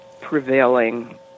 prevailing